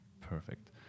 perfect